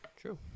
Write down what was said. True